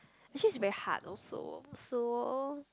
actually is very hard also so